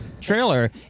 trailer